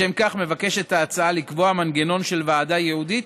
לשם כך מבקשת ההצעה לקבוע מנגנון של ועדה ייעודית